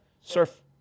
surf